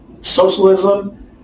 socialism